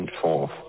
forth